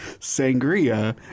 sangria